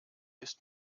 ist